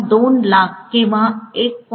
2 लाख किंवा 1